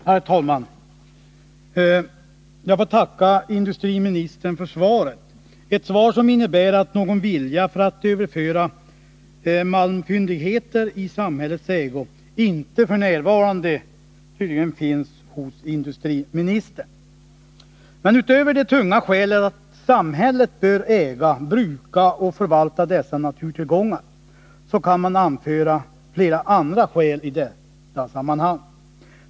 Herr talman! Jag får tacka industriministern för svaret — ett svar som innebär att någon vilja att överföra malmfyndigheter i samhällets ägo f. n. tydligen inte finns hos industriministern. Utöver det tunga intresset av att samhället bör äga, bruka och förvalta dessa naturtillgångar kan man anföra flera andra synpunkter i detta sammanhang.